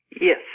Yes